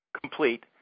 complete